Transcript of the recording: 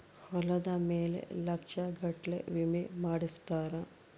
ಹೊಲದ ಮೇಲೆ ಲಕ್ಷ ಗಟ್ಲೇ ವಿಮೆ ಮಾಡ್ಸಿರ್ತಾರ